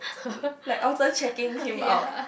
like Elton checking him out